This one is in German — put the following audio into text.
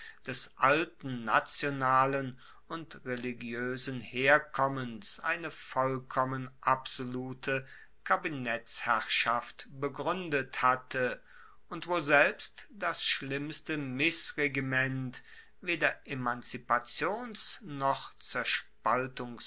des alten nationalen und religioesen herkommens eine vollkommen absolute kabinettsherrschaft begruendet hatte und wo selbst das schlimmste missregiment weder emanzipations noch